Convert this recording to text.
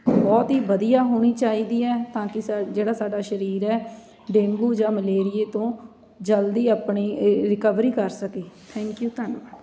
ਬਹੁਤ ਹੀ ਵਧੀਆ ਹੋਣੀ ਚਾਹੀਦੀ ਹੈ ਤਾਂ ਕਿ ਜਿਹੜਾ ਸਾਡਾ ਸਰੀਰ ਹੈ ਡੇਂਗੂ ਜਾਂ ਮਲੇਰੀਏ ਤੋਂ ਜਲਦੀ ਆਪਣੀ ਈ ਰਿਕਵਰੀ ਕਰ ਸਕੇ ਥੈਂਕ ਯੂ ਧੰਨਵਾਦ